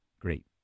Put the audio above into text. great